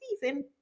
season